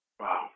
Wow